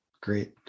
Great